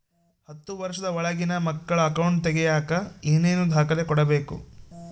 ಹತ್ತುವಷ೯ದ ಒಳಗಿನ ಮಕ್ಕಳ ಅಕೌಂಟ್ ತಗಿಯಾಕ ಏನೇನು ದಾಖಲೆ ಕೊಡಬೇಕು?